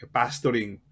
pastoring